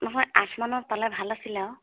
নহয় আঠমানত পালে ভাল আছিল আৰু